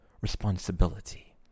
responsibility